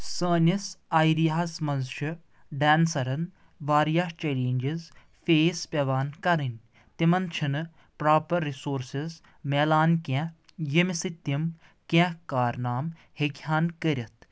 سٲنِس ایریاہس منٛز چھِ ڈانسرَن واریاہ چیلینجز فیس پیوان کَرٕنۍ تِمن چھِنہٕ پراپر رِسورسز میلان کینٛہہ ییٚمہِ سۭتۍ تِم کینٛہہ کارنامہٕ ہیٚکہِ ہن کٔرِتھ